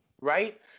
right